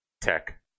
tech